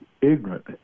ignorant